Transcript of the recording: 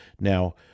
now